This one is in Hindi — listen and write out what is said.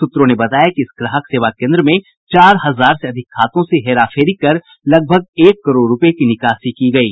सूत्रों ने बताया कि इस ग्राहक सेवा केन्द्र में चार हजार से अधिक खातों से हेराफेरी कर लगभग एक करोड़ रूपये की निकासी की गयी